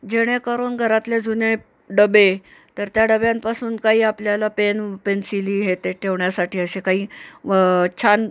जेणेकरून घरातले जुने डबे तर त्या डब्यांपासून काही आपल्याला पेन पेन्सिली हे ते ठेवण्यासाठी असे काही व छान